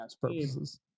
purposes